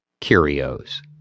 curios